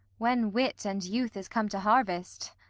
when wit and youth is come to harvest,